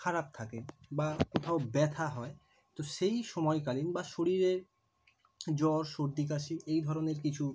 খারাপ থাকে বা কোথাও ব্যথা হয় তো সেই সময়কালীন বা শরীরে জ্বর সর্দি কাশি এই ধরনের কিছু